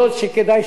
מודה